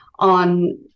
On